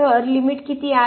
तर लिमिट किती आहे